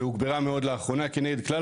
והיא הוגברה מאוד לאחרונה כנגד כלל